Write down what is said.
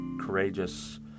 courageous